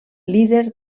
líder